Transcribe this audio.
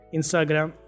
Instagram